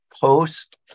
post